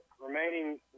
remaining